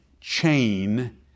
chain